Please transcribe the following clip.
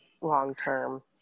long-term